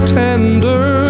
tender